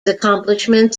accomplishments